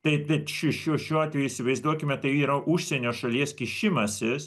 taip bet ši šiuo šiuo atveju įsivaizduokime tai yra užsienio šalies kišimasis